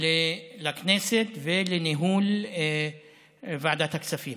לכנסת ולניהול ועדת הכספים.